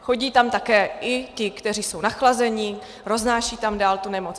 Chodí tam také i ti, kteří jsou nachlazeni, roznášejí tam dál tu nemoc.